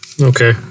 Okay